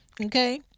Okay